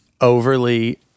overly